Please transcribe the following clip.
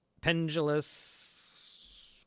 pendulous